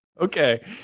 Okay